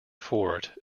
fort